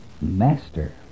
Master